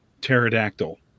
pterodactyl